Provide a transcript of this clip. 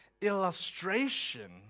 illustration